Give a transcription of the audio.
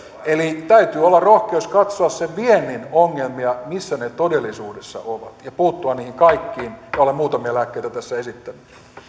täytyy olla rohkeus katsoa sen viennin ongelmia missä ne todellisuudessa ovat ja puuttua niihin kaikkiin minä olen muutamia lääkkeitä tässä esittänyt